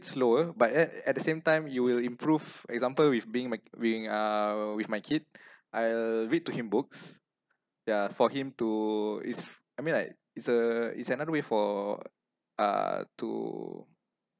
slower but at at the same time you will improve example with being my being uh with my kid I read to him books ya for him to it's I mean like it's a it's another way for uh to